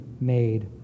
made